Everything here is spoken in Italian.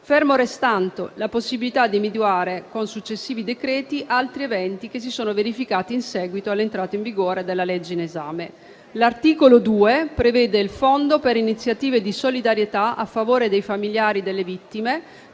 ferma restando la possibilità di individuare con successivi decreti altri eventi che si sono verificati in seguito all'entrata in vigore della legge in esame. L'articolo 2 prevede il fondo per iniziative di solidarietà a favore dei familiari delle vittime.